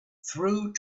through